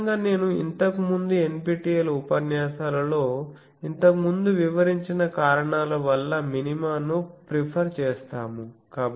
సాధారణంగా నేను ఇంతకుముందు NPTEL ఉపన్యాసాలలో ఇంతకు ముందు వివరించిన కారణాల వల్ల మినిమాను ప్రిఫర్ చేస్తాము